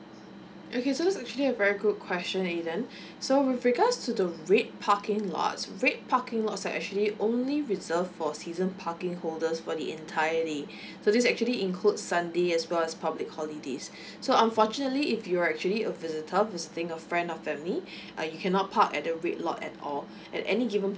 okay so is actually a very good question aden so with regards to the red parking lots red parking lots are actually only reserved for season parking holders for the entirely so this actually include sunday as well as public holidays so unfortunately if you are actually a visitor visiting a friend or family uh you cannot park at the red lot at all at any given